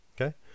Okay